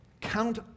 count